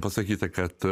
pasakyta kad